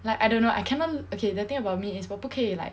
like I don't know I cannot okay the thing about me is 我不可以 like